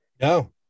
No